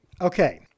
Okay